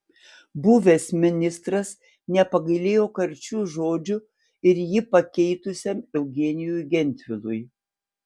buvęs ministras nepagailėjo karčių žodžių ir jį pakeitusiam eugenijui gentvilui